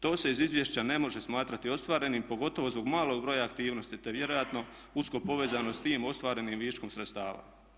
To se iz izvješća ne može smatrati ostvarenim pogotovo zbog malog broja aktivnosti te vjerojatno usko povezano s tim ostvarenim viškom sredstava.